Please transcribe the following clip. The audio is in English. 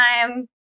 time